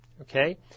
okay